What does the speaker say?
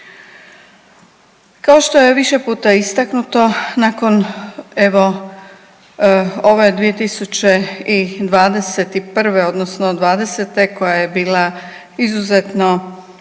Kao što je više puta istaknuto nakon evo ove 2021. odnosno 2020. koja je bila izuzetno